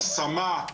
השמה,